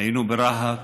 והיינו ברהט